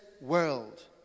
world